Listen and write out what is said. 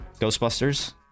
Ghostbusters